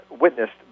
witnessed